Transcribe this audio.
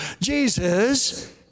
Jesus